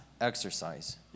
exercise